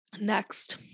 next